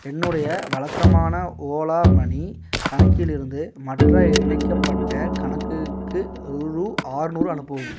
என்னுடைய வழக்கமான ஓலா மனி கணக்கிலிருந்து மற்ற இணைக்கப்பட்ட கணக்குக்கு ரூ ஆறுநூறு அனுப்பவும்